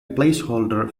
placeholder